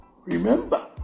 Remember